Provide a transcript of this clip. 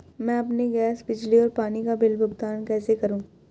मैं अपने गैस, बिजली और पानी बिल का भुगतान कैसे करूँ?